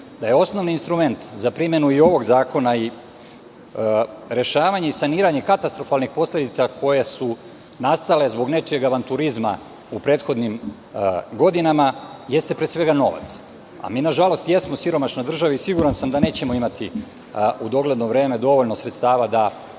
da je osnovni instrument za primenu i ovog zakona rešavanje i saniranje katastrofalnih posledica koje su nastale zbog nečije avanturizma u prethodnim godinama, jeste pre svega novac, a mi nažalost, smo siromašna država, i siguran sam da nećemo u dogledno vreme dovoljno imati sredstava da